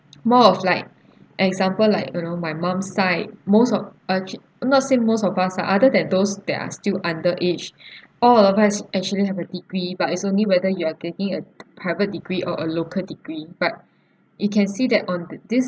more of like example like you know my mum's side most of actua~ not say most of us ah other than those that are still underage all of us actually have a degree but it's only whether you are getting a private degree or a local degree but you can see that on th~ this